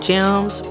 Gems